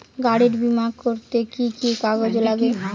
গাড়ীর বিমা করতে কি কি কাগজ লাগে?